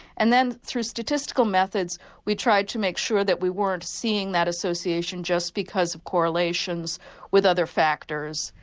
and then through statistical methods we tried to make sure that we weren't seeing that association just because of correlations with other factors.